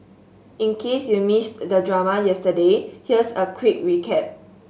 in case you missed the drama yesterday here's a quick recap